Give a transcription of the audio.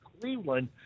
Cleveland